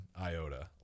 iota